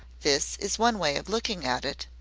this is one way of looking at it,